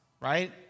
right